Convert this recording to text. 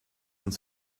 uns